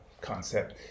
concept